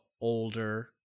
older